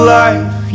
life